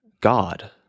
God